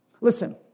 Listen